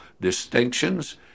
distinctions